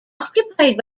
occupied